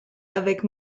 avec